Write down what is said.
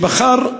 שבחר,